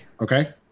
Okay